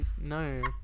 No